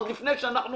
עוד לפני שאנחנו